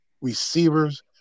receivers